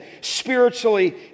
spiritually